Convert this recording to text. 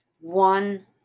one-